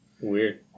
Weird